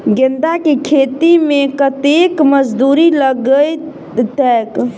गेंदा केँ खेती मे कतेक मजदूरी लगतैक?